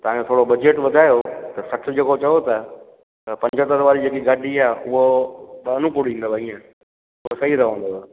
तव्हां इहो थोरो बजट वधायो त घटि जेको चओ था त पंजहतरि वारी जेकी गाॾी आहे उहा कोन पूरी ईंदव ईअं उहा सही रहंदव